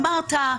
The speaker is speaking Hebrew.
אמרת: